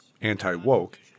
anti-woke